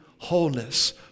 wholeness